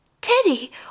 Teddy